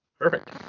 Perfect